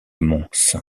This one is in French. mons